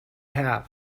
have